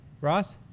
Ross